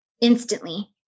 instantly